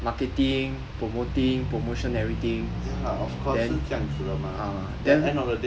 marketing promoting promotion everything then uh then